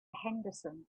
henderson